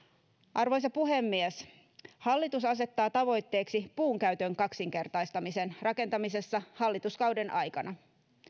arvoisa puhemies hallitus asettaa tavoitteeksi puunkäytön kaksinkertaistamisen rakentamisessa hallituskauden aikana